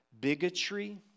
bigotry